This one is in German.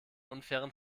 unfairen